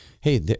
hey